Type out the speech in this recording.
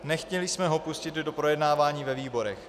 Nechtěli jsme ho pustit do projednávání ve výborech.